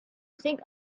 think